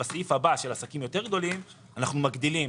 בסעיף הבא בנוגע לעסקים גדולים יותר אנחנו מגדילים.